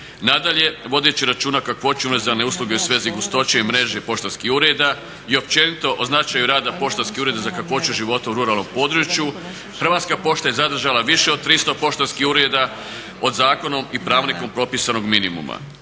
Nadalje, vodeći računa o kakvoći univerzalne usluge u svezi gustoće i mreže poštanskih ureda i općenito o značaju rada poštanskih ureda za kakvoću života u ruralnom području Hrvatska pošta je zadržala više od 300 poštanskih ureda od zakonom i pravilnikom propisanog minimuma.